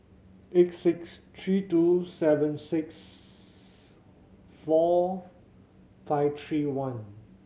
eight six three two seven six four five three one